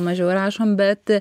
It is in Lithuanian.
mažiau rašom bet